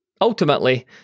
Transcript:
Ultimately